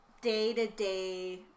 day-to-day